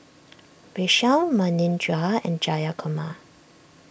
Vishal Manindra and Jayakumar